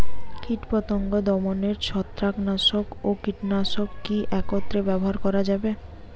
কীটপতঙ্গ দমনে ছত্রাকনাশক ও কীটনাশক কী একত্রে ব্যবহার করা যাবে?